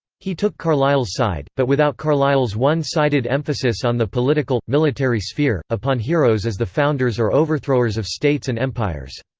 he took carlyle's side, but without carlyle's one-sided emphasis on the political military sphere, upon heroes as the founders or overthrowers of states and empires.